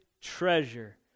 treasure